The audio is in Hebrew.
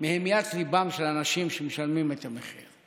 מהמיית ליבם של אנשים שמשלמים את המחיר.